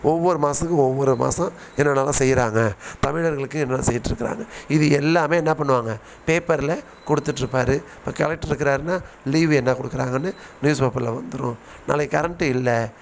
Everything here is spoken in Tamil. ஒவ்வொரு மாதத்துக்கு ஒவ்வொரு மாதம் என்னென்னலாம் செய்கிறாங்க தமிழர்களுக்கு என்ன செயிட்டிருக்கறாங்க இது எல்லாமே என்ன பண்ணுவாங்க பேப்பரில் கொடுத்துட்ருப்பாரு இப்போ கலெக்ட்ரு இருக்கறாருன்னால் லீவு என்ன கொடுக்கறாங்கன்னு நியூஸ் பேப்பரில் வந்துடும் நாளைக்கு கரண்ட்டு இல்லை